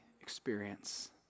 experience